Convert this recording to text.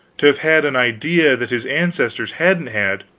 to have had an idea that his ancestors hadn't had,